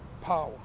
power